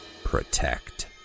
protect